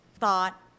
thought